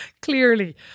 Clearly